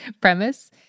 premise